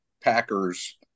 Packers